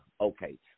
okay